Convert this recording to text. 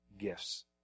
gifts